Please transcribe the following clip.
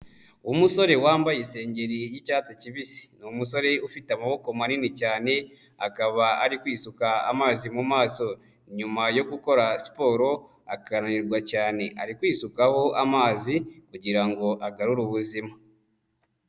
Umusore wambaye isengeri y'icyatsi kibisi, ni umusore ufite amaboko manini cyane akaba ari kwisuka amazi mu maso nyuma yo gukora siporo akananirwa cyane ari kwisukaho amazi kugira ngo agarure ubuzima.